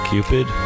Cupid